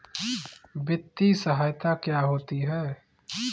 वित्तीय सहायता क्या होती है?